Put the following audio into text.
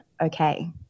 okay